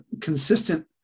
consistent